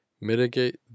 mitigate